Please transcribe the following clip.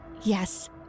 Yes